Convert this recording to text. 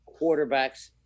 quarterbacks